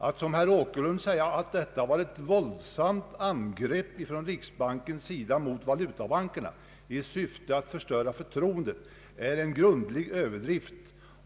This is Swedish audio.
Att som herr Åkerlund säga att detta var ett våldsamt angrepp av riksbanken mot valutabankerna i syfte att förstöra förtroendet, är en gruvlig överdrift.